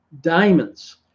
diamonds